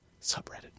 Subreddit